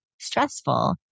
stressful